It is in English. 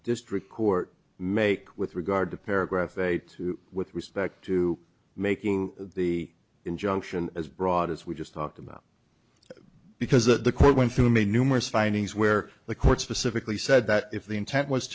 district court make with regard to paragraph eight with respect to making the injunction as broad as we just talked about because that the court went through made numerous findings where the court specifically said that if the intent was